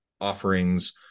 offerings